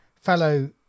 fellow